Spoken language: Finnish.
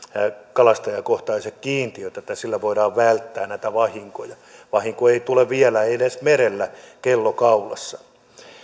kalastajakohtaiset kiintiöt että niillä voidaan välttää näitä vahinkoja vahinko ei tule vielä edes merellä kello kaulassa